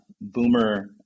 boomer